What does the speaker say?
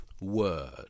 word